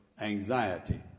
anxiety